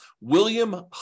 William